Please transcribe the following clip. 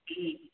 की